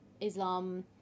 Islam